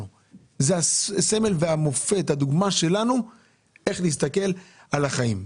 הם הסמל והמופת והדוגמה שלנו איך להסתכל על החיים.